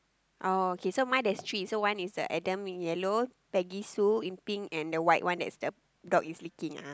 oh okay so mine there's three so one is the Adam in yellow Peggy Sue in pink and the white one that is the dog is licking ah